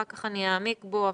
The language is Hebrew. אחר כך אני אעמיק בו,